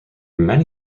many